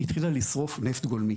התחילה לשרוף נפט גולמי